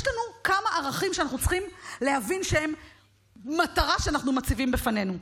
יש לנו כמה ערכים שאנחנו צריכים להבין שהם מטרה שאנחנו מציבים בפנינו: